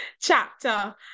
Chapter